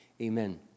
Amen